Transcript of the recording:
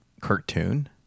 cartoon